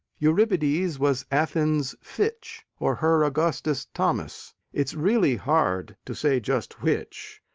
euripides was athens' fitch or her augustus thomas it's really hard to say just which,